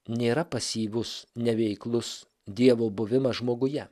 nėra pasyvus neveiklus dievo buvimas žmoguje